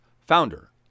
founder